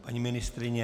Paní ministryně?